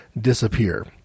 disappear